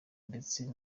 ndetse